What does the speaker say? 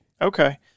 Okay